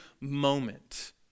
moment